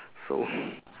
so